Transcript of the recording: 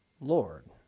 Lord